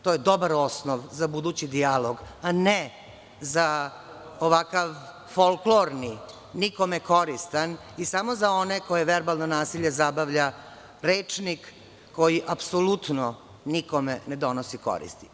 To je dobar osnov za budući dijalog, a ne za ovakav folklorni, nikome koristan i samo za one koje verbalno nasilje zabavlja rečnik koji apsolutno nikome ne donosi korist.